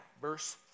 verse